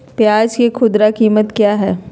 प्याज के खुदरा कीमत क्या है?